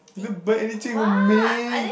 you never buy anything for me